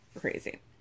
Crazy